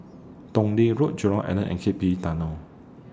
Tong Lee Road Jurong Island and K P E Tunnel